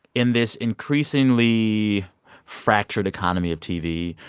in this increasingly fractured economy of tv,